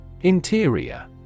Interior